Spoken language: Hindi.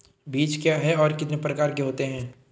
बीज क्या है और कितने प्रकार के होते हैं?